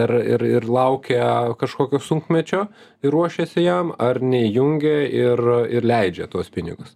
ir ir ir laukia kažkokio sunkmečio ir ruošiasi jam ar neįjungia ir ir leidžia tuos pinigus